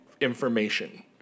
information